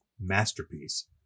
masterpiece